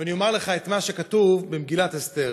ואני אומר לך את מה שכתוב במגילת אסתר: